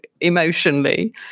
emotionally